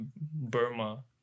Burma